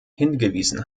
hingewiesen